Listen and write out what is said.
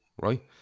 right